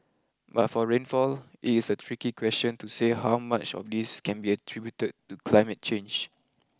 but for rainfall it is a tricky question to say how much of this can be attributed to climate change